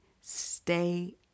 stay